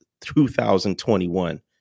2021